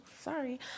Sorry